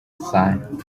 design